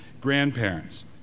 grandparents